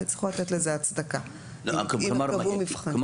אבל יצטרכו לתת לזה הצדקה אם קבעו מבחנים.